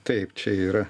taip čia yra